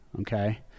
okay